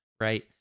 right